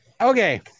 Okay